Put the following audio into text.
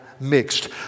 mixed